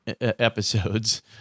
episodes